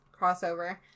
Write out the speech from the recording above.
crossover